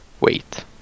wait